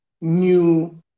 new